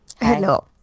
Hello